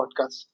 podcast